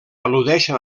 al·ludeixen